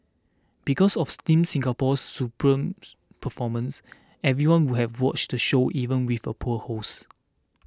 because of Team Singapore's superb performances everyone would have watched the show even with a poor host